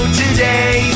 today